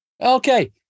Okay